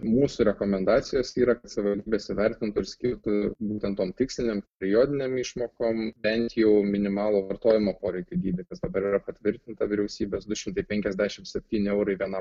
mūsų rekomendacijos yra kas savivaldybės įvertintų ir skirtų būtent tom tikslinėm periodinėm išmokom bent jau minimalų vartojimo poreikių dydį kas dabar yra patvirtinta vyriausybės du šimtai penkiasdešimt septyni eurai vienam